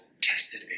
tested